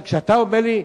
כשאתה אומר לי: